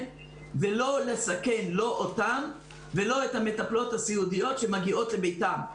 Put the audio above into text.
ולא לסכן אותם ולא את המטפלות הסיעודיות שמגיעות לביתם.